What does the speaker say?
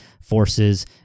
forces